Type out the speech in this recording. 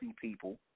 people